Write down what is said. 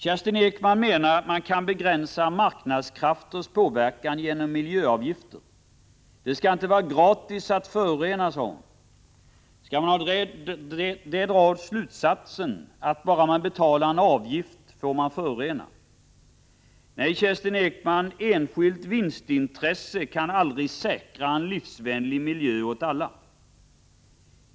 Kerstin Ekman menar att man kan begränsa marknadskrafternas påverkan genom miljöavgifter. Det skall inte vara gratis att förorena, säger hon. Skall man av det dra slutsatsen att bara man betalar en avgift får man förorena? Nej, Kerstin Ekman, enskilt vinstintresse kan aldrig säkra en livsvänlig miljö åt alla.